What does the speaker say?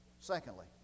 Secondly